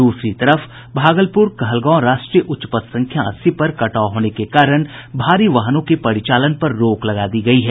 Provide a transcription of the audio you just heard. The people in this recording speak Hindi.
दूसरी तरफ भागलपुर कहलगांव राष्ट्रीय उच्च पथ संख्या अस्सी पर कटाव होने के कारण भारी वाहनों के परिचालन पर रोक लगा दी गयी है